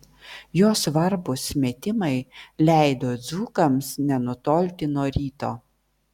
jo svarbūs metimai leido dzūkams nenutolti nuo ryto